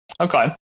Okay